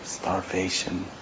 Starvation